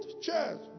cheers